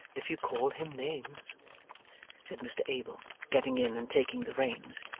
if you call him names said mr abel, getting in, and taking the reins.